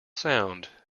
sound